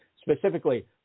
specifically